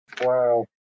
Wow